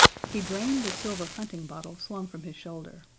he drained the silver hunting bottle slung from his shoulder,